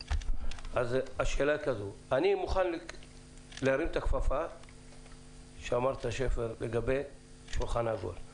אני מוכן להרים את הכפפה לגבי שולחן עגול עליה דיבר מר שפר.